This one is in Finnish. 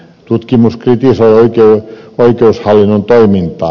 tutkimus kritisoi oikeushallinnon toimintaa